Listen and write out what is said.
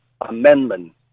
amendment